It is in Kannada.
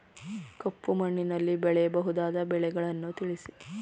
ಕಪ್ಪು ಮಣ್ಣಿನಲ್ಲಿ ಬೆಳೆಯಬಹುದಾದ ಬೆಳೆಗಳನ್ನು ತಿಳಿಸಿ?